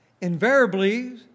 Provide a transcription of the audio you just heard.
Invariably